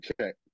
check